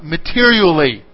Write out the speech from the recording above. Materially